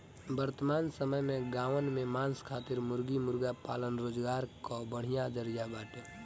वर्तमान समय में गांवन में मांस खातिर मुर्गी मुर्गा पालन रोजगार कअ बढ़िया जरिया बाटे